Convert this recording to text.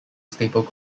staple